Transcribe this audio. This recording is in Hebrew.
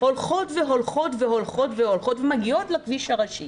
הולכות והולכות ומגיעות לכביש הראשי